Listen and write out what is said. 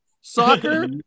soccer